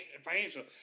financial